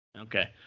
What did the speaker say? Okay